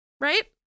Right